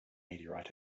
meteorite